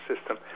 system